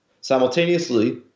Simultaneously